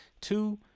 two